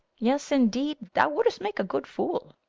yes indeed. thou wouldst make a good fool.